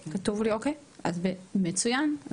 אוקיי, אז מצוין.